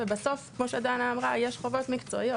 ובסוף, כמו שדנה אמרה, יש גם חובות מקצועיות.